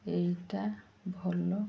ଏଇଟା ଭଲ